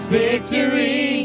victory